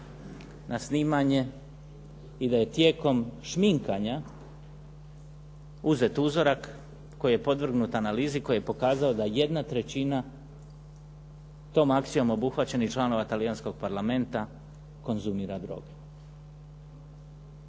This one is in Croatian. na snimanje i da je tijekom šminkanja uzet uzorak koji je podvrgnut analizi koji je pokazao da 1/3 tom akcijom obuhvaćenih članova Talijanskog parlamenta konzumira droge.